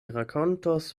rakontos